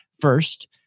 first